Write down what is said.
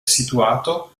situato